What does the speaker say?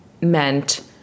meant